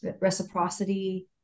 reciprocity